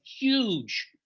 huge